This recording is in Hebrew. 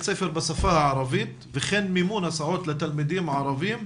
ספר בשפה הערבית וכן מימון הסעות לתלמידים ערבים,